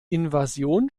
invasion